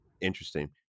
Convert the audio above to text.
interesting